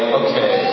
okay